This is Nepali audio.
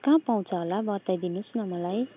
काहाँ पाउँछ होला बताइदिनुहोस् न मलाई